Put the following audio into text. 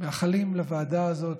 מאחלים לוועדה הזאת,